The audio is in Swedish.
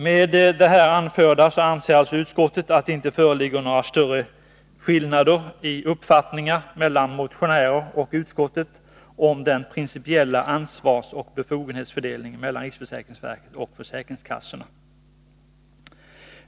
Med det anförda anser utskottet att det inte föreligger några större skillnader i uppfattningar mellan motionärerna och utskottet om den principiella ansvarsoch befogenhetsfördelningen mellan riksförsäkringsverket och försäkringskassorna.